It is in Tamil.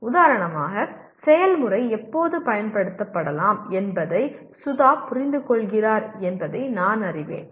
உதாரணமாக செயல்முறை எப்போது பயன்படுத்தப்படலாம் என்பதை சுதா புரிந்துகொள்கிறார் என்பதை நான் அறிவேன்